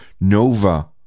Nova